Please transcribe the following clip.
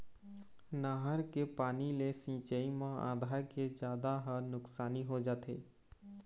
नहर के पानी ले सिंचई म आधा के जादा ह नुकसानी हो जाथे